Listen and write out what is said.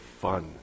fun